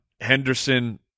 Henderson